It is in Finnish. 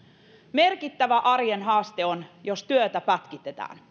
merkittävä arjen haaste on jos työtä pätkitetään